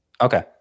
Okay